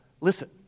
listen